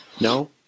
No